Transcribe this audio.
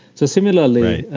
so similarly,